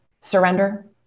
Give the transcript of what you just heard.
surrender